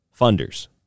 funders